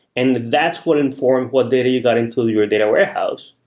and that's what inform what data you got into your data warehouse.